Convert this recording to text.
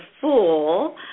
Fool